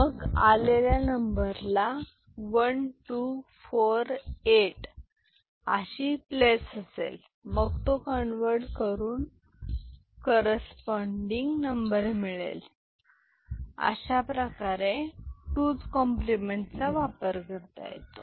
मग आलेल्या नंबरला 1248 अशी प्लेस असेल मग तो कन्वर्ट करून करेस्पोंदिंग नंबर मिळेल अशाप्रकारे 2s कॉम्प्लिमेंट चा वापर करता येतो